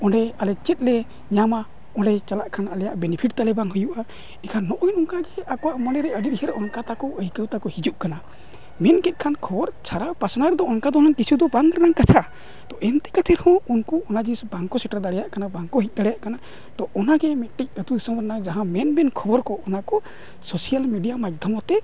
ᱚᱸᱰᱮ ᱟᱞᱮ ᱪᱮᱫ ᱞᱮ ᱧᱟᱢᱟ ᱸᱰᱮ ᱪᱟᱞᱟᱜ ᱠᱷᱟᱱ ᱵᱤᱱᱤᱯᱷᱤᱴ ᱛᱟᱞᱮ ᱵᱟᱝ ᱦᱩᱭᱩᱜᱼᱟ ᱮᱠᱷᱟᱱ ᱱᱚᱜᱼᱚᱸᱭ ᱱᱚᱝᱠᱟ ᱜᱮ ᱟᱠᱚᱣᱟᱜ ᱢᱚᱱᱮ ᱨᱮ ᱟᱹᱰᱤ ᱩᱭᱦᱟᱹᱨ ᱚᱱᱠᱟ ᱛᱟᱠᱚ ᱟᱹᱭᱠᱟᱹᱣ ᱛᱟᱠᱚ ᱦᱤᱡᱩᱜ ᱠᱟᱱᱟ ᱢᱮᱱ ᱠᱮᱫ ᱠᱷᱟᱱ ᱠᱷᱚᱵᱚᱨ ᱪᱷᱟᱨᱟᱣ ᱯᱟᱥᱱᱟᱣ ᱨᱮᱫᱚ ᱚᱱᱠᱟ ᱫᱚ ᱩᱱᱟᱹᱜ ᱠᱤᱪᱷᱩ ᱫᱚ ᱵᱟᱝ ᱨᱮᱱᱟᱜ ᱠᱟᱛᱷᱟ ᱛᱚ ᱮᱱᱛᱮ ᱠᱟᱛᱮᱫ ᱨᱮ ᱦᱚᱸ ᱩᱱᱠᱩ ᱚᱱᱟ ᱡᱤᱱᱤᱥ ᱵᱟᱝ ᱠᱚ ᱥᱮᱴᱮᱨ ᱫᱟᱲᱮᱭᱟᱜ ᱠᱟᱱᱟ ᱵᱟᱝ ᱠᱚ ᱦᱮᱡ ᱫᱟᱲᱮᱭᱟᱜ ᱠᱟᱱᱟ ᱛᱚ ᱚᱱᱟ ᱜᱮ ᱢᱤᱫᱴᱤᱡ ᱟᱛᱳ ᱫᱤᱥᱚᱢ ᱨᱮᱱᱟᱜ ᱡᱟᱦᱟᱸ ᱢᱮᱱ ᱢᱮᱱ ᱠᱷᱚᱵᱚᱨ ᱠᱚ ᱚᱱᱟ ᱠᱚ ᱥᱳᱥᱟᱞ ᱢᱤᱰᱤᱭᱟ ᱢᱟᱫᱽᱫᱷᱚᱢᱛᱮ